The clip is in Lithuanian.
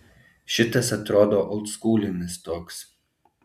šitas atrodo oldskūlinis toks